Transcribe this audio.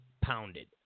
pounded